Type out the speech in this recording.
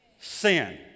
sin